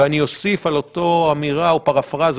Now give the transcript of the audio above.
ואני אוסיף על אותה אמירה או פרפרזה,